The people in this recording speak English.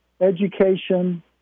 education